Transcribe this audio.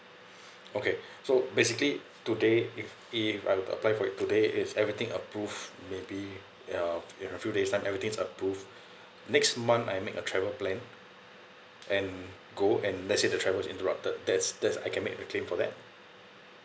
okay so basically today if if I were to apply for it today if everything approved maybe ya in a few days' time everything's approved next month I make a travel plan and go and let's say the travel is interrupted that's that's I can make a claim for that